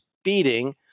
speeding